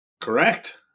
Correct